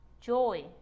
joy